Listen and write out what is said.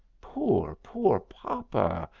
poor, poor papa,